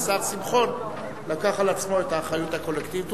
והשר שמחון לקח על עצמו את האחריות הקולקטיבית.